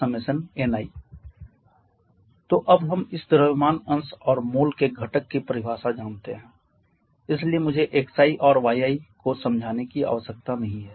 ni1kni तो अब हम इस द्रव्यमान अंश और मोल के घटक की परिभाषा जानते हैं इसलिए मुझे xi और yi को समझाने की आवश्यकता नहीं है